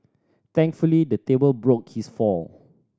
thankfully the table broke his fall